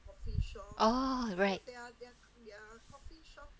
oo right